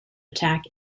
attack